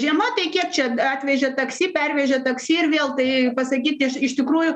žiema tai kiek čia atvežė taksi pervežė taksi ir vėl tai pasakyt iš tikrųjų